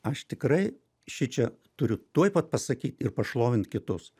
aš tikrai šičia turiu tuoj pat pasakyt ir pašlovint kitus